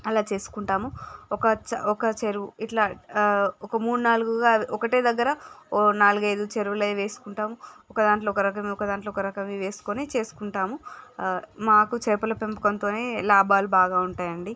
అలా చేసుకుంటాము ఒక ఒక చెరువు ఇట్లా ఆ ఒక మూడు నాలుగుగా ఒకటే దగ్గర ఓ నాలుగైదు చెరువులయి వేసుకుంటాం ఒకదాంట్లో ఒకరకంగా ఒకదాంట్లో ఒకరకంగా ఇవి వేసుకొని చేసుకుంటాం ఆ మాకు చేపల పెంపకంతోనే లాభాలు బాగా ఉంటాయండి